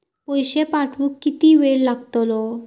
पैशे पाठवुक किती वेळ लागतलो?